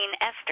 Esther